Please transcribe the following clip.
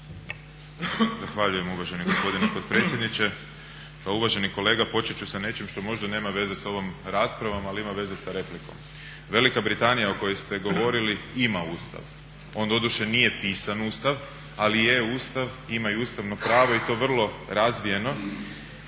Zahvaljujem uvaženi gospodine potpredsjedniče. Uvaženi kolega početi ću sa nečim što možda nema veze sa ovom raspravom ali ima veze sa replikom. Velika Britanija o kojoj ste govorili ima Ustav, on doduše nije pisan Ustav ali je Ustav ima i ustavno pravo i to vrlo razvijeno.